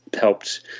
helped